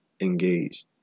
engage